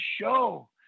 show